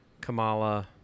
Kamala